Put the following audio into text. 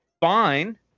fine